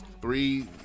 Three